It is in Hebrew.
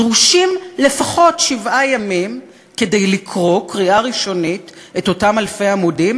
דרושים לפחות שבעה ימים כדי לקרוא קריאה ראשונית את אותם אלפי עמודים,